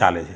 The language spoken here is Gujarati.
ચાલે છે